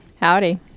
Howdy